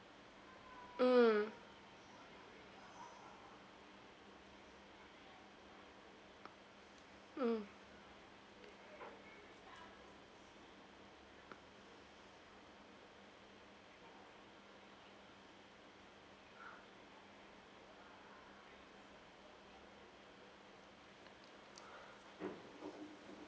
mm mm